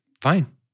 Fine